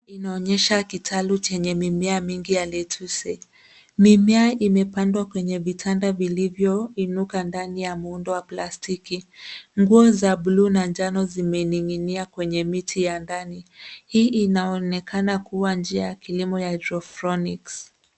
Inaonyesha kitalu chenye mimea mingi ya letuse. Mimea imepandwa kwenye vitanda vilivyoinuka ndani ya muundo wa plastiki. Nguo za blue na njano zimening'inia kwenye miti ya ndani. Hii inaonekana kuwa njia ya kilimo ya hydrophonics .